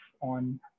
on